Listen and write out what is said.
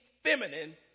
feminine